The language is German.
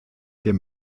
dem